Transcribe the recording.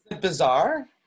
Bizarre